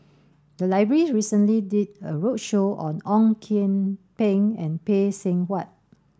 the library recently did a roadshow on Ong Kian Peng and Phay Seng Whatt